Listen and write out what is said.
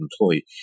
employee